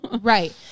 right